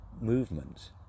movement